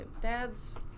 dad's